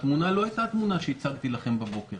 והתמונה לא הייתה התמונה שהצגתי לכם הבוקר.